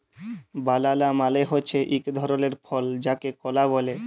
বালালা মালে হছে ইক ধরলের ফল যাকে কলা ব্যলে